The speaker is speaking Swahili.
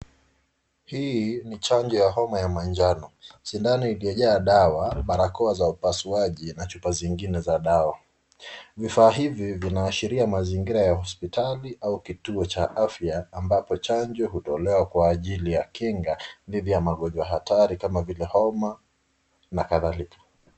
Hii ni chanjo ya homa ya manjano, shindano iliojaa dawa, barakoa za upaswaji, na chupa zingine za dawa. Vifaa hivi vinaashiria mazingira ya hospitali au kituo cha afya ambapo chanjo utolewa kwa hajili ya kinga dhidi ya magonjwa hayo hatari kama vile homa na kadhalika.